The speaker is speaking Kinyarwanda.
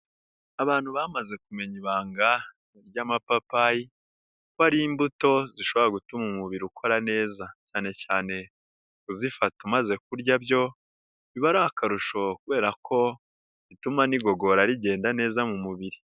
Abantu bamaze kumenya ibanga ry'amapapayi ko ari imbuto zishobora gutuma umubiri ukora neza, cyane cyane kuzifata umaze kurya byo biba ari akarusho kubera ko bituma n'igogora rigenda neza mu mubiri.